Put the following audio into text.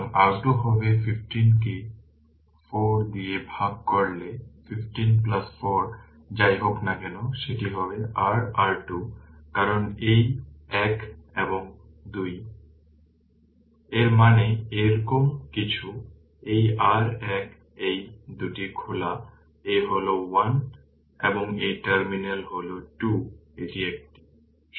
সুতরাং R2 হবে 15 কে 4 দিয়ে ভাগ করলে 154 যাই হোক না কেন সেটা হবে r R2 কারণ এই এক এবং 2 I i এর মানে এইরকম কিছু এই r এক এই 2টি খোলা এই হল 1 এবং এই টার্মিনাল হল 2 এটি একটি